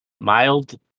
mild